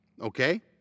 okay